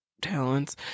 talents